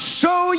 show